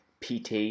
PT